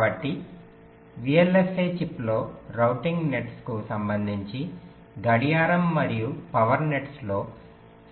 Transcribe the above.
కాబట్టి VLSI చిప్లో routing నెట్స్కు సంబంధించి గడియారం మరియు పవర్ నెట్స్లో